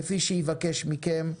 כפי שיבקש מכם.